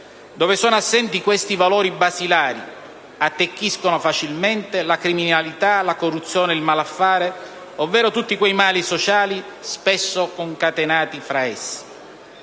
Dove sono assenti questi valori basilari attecchiscono facilmente la criminalità, la corruzione, il malaffare, ovvero tutti quei mali sociali spesso concatenati fra di